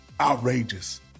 outrageous